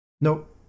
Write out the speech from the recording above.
nope